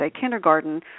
kindergarten